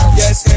yes